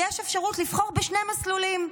יש אפשרות לבחור בשני מסלולים: